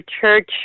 church